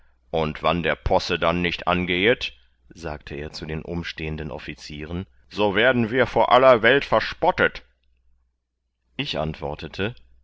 und wann der posse dann nicht angehet sagte er zu den umstehenden offizierern so werden wir von aller welt verspottet ich antwortete